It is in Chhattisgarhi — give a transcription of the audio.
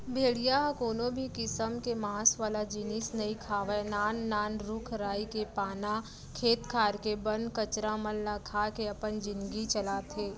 भेड़िया ह कोनो भी किसम के मांस वाला जिनिस नइ खावय नान नान रूख राई के पाना, खेत खार के बन कचरा मन ल खा के अपन जिनगी चलाथे